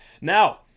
Now